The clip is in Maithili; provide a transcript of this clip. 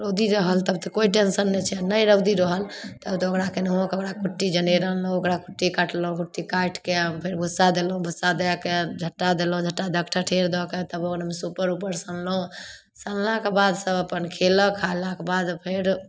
रौदी रहल तब तऽ कोइ टेन्शन नहि छै आओर नहि रौदी रहल तब तऽ ओकरा केनाहिओ ओकरा कुट्टी जनेर अनलहुँ ओकरा कुट्टी काटलहुँ कुट्टी काटिके फेर भुस्सा देलहुँ भुस्सा दैके झट्टा देलहुँ झट्टा दैके ठठेर दैके तब ओकरामे सुपर उपर सनलहुँ सनलाके बाद सब अपन खएलक खएलाके बाद फेर